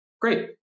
Great